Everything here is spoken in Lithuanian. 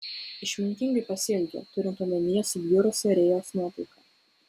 išmintingai pasielgė turint omenyje subjurusią rėjos nuotaiką